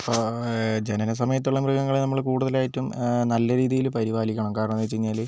ഇപ്പോൾ ജനനസമയത്തുള്ള മൃഗങ്ങളെ നമ്മൾ കൂടുതലായിട്ടും നല്ല രീതിയിൽ പരിപാലിക്കണം കാരണമെന്താന്ന് വെച്ച് കഴിഞ്ഞാൽ